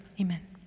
Amen